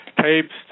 tapes